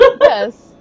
yes